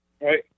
right